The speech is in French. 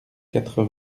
quatre